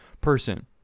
person